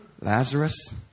Lazarus